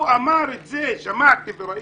שמעתי וראיתי.